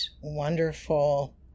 wonderful